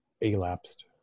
elapsed